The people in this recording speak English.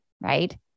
right